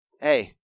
Hey